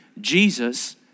Jesus